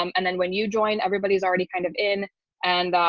um and then when you join, everybody's already kind of in and,